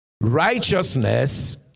righteousness